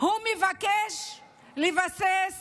הוא מבקש לבסס